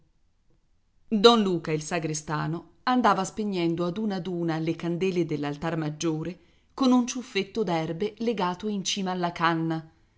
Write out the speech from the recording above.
don luca il sagrestano andava spegnendo ad una ad una le candele dell'altar maggiore con un ciuffetto d'erbe legato in cima alla canna